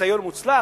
ניסיון מוצלח.